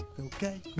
Okay